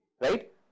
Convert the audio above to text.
right